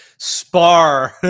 spar